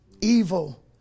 evil